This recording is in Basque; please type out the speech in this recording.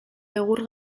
egur